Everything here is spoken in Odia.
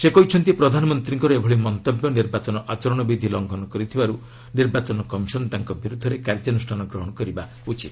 ସେ କହିଛନ୍ତି ପ୍ରଧାନମନ୍ତ୍ରୀଙ୍କର ଏଭଳି ମନ୍ତବ୍ୟ ନିର୍ବାଚନ ଆଚରଣ ବିଧି ଲଙ୍ଘନ କରିଥିବାରୁ ନିର୍ବାଚନ କମିଶନ୍ ତାଙ୍କ ବିରୁଦ୍ଧରେ କାର୍ଯ୍ୟାନୁଷ୍ଠାନ ଗ୍ରହଣ କରିବା ଉଚିତ